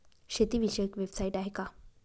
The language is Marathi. शेतीविषयक वेबसाइट आहे का?